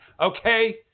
okay